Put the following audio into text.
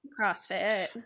CrossFit